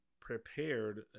prepared